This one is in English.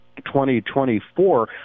2024